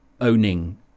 owning